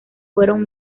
fueron